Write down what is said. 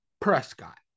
Prescott